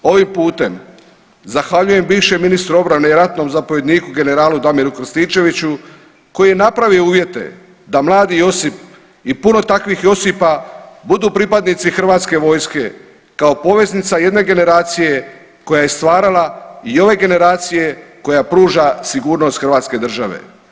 Ovim putem zahvaljujem bivšem ministru obrane i ratnom zapovjedniku generalu Damiru Krstičeviću koji je napravio uvjete da mladi Josip i puno takvih Josipa budu pripadnici HV-a kao poveznica jedne generacije koja je stvarala i ove generacije koja pruža sigurnost hrvatske države.